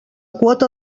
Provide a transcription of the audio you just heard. quota